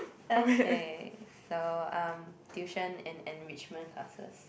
okay so um tuition and enrichment classes